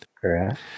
Correct